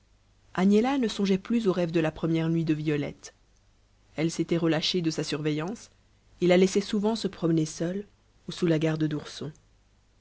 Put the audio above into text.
agnella ne songeait plus au rêve de la première nuit de violette elle s'était relâchée de sa surveillance et la laissait souvent se promener seule ou sous la garde d'ourson